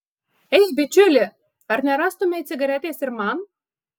ei bičiuli ar nerastumei cigaretės ir man